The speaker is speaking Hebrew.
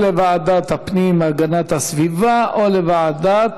או לוועדת הפנים והגנת הסביבה או לוועדת